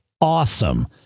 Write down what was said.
awesome